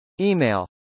Email